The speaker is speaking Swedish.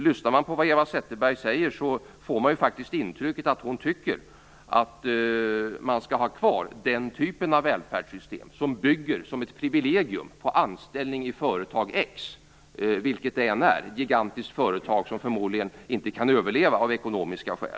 Lyssnar man på det Eva Zetterberg säger får man faktiskt intrycket att hon tycker att man skall ha kvar den typen av välfärdssystem som liksom ett privilegium bygger på anställning i företag X, vilket gigantiskt företag det än är, som förmodligen inte kan överleva av ekonomiska skäl.